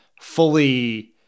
fully